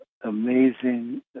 amazing